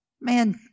Man